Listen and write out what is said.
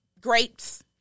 Grapes